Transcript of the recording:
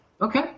Okay